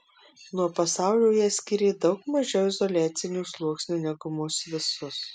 nuo pasaulio ją skyrė daug mažiau izoliacinių sluoksnių negu mus visus